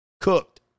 Cooked